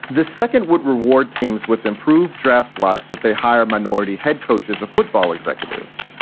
the second would reward teams with improved draft slots if they hire minority head coaches or football executives.